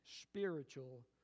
spiritual